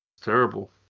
terrible